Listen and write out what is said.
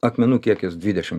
akmenų kiekis dvidešim